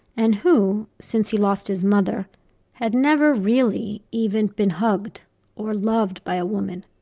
and who since he lost his mother had never really, even, been hugged or loved by a woman,